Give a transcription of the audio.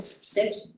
six